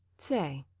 say,